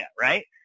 right